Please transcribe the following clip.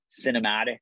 cinematic